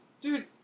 Dude